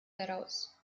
heraus